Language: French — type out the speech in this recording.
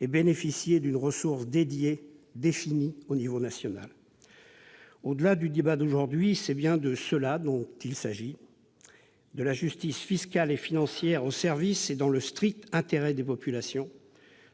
et bénéficier d'une ressource dédiée, définie au niveau national. Au-delà du débat d'aujourd'hui, c'est bien de cela qu'il s'agit : de la justice fiscale et financière, au service du strict intérêt des populations,